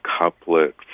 couplet